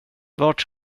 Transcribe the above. vart